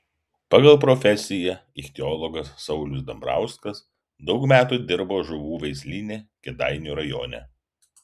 pagal profesiją ichtiologas saulius dambrauskas daug metų dirbo žuvų veislyne kėdainių rajone